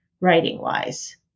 writing-wise